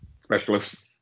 Specialists